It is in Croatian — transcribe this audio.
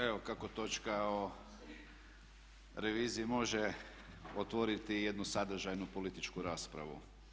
Evo kako točka o reviziji može otvoriti i jednu sadržajnu političku raspravu.